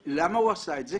ולמה הוא עשה את זה?